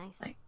Nice